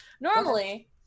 Normally